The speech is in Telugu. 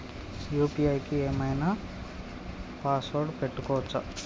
యూ.పీ.ఐ కి ఏం ఐనా పాస్వర్డ్ పెట్టుకోవచ్చా?